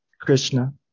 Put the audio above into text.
Krishna